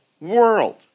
world